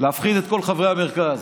להפחיד את כל חברי המרכז.